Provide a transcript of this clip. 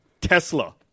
Tesla